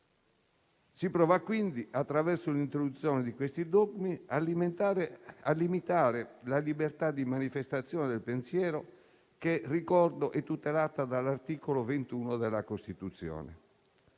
si prova, dunque, attraverso l'introduzione di questi dogmi, a limitare la libertà di manifestazione del pensiero che - lo ricordo - è tutelata dall'articolo 21 della Costituzione.